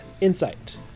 insight